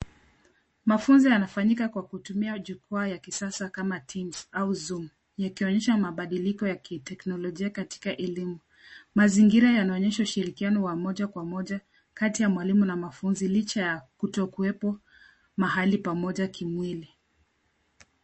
Mafunzo wanafanyika kutumia jukwaa ya kisasa kama teams au zoom yakionyesha mabadiliko ya kiteknolojia katika elimu. Mazingira yanaonyesha ushirikiano wa moja kwa moja kati ya mwalinu na mwanafunzi licha ya kutokuwepo mahali pamoja kimwili.